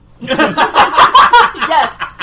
Yes